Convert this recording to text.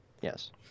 Yes